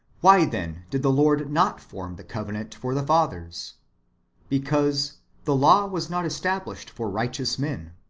why, then, did the lord not form the covenant for the fathers because the law was not established for rio-hteous men.